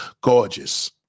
Gorgeous